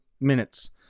minutes